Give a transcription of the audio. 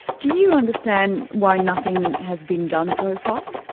do you understand why nothing has been done so far?